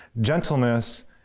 gentleness